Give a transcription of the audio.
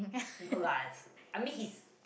no lah it's I mean his